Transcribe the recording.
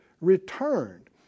returned